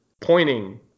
pointing